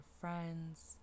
friends